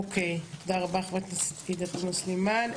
תודה רבה חברת הכנסת עאידה תומא סולימאן,